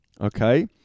okay